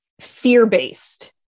fear-based